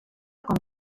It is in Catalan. com